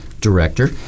director